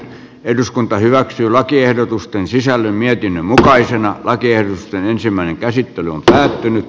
eduskunta hyväksyy lakiehdotusten sisällön mietinnön mukaisena vai kierrosten ensimmäinen käsittely on päättynyt